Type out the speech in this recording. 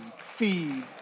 feed